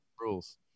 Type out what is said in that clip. rules